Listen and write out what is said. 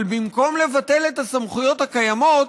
אבל במקום לבטל את הסמכויות הקיימות,